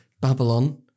Babylon